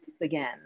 again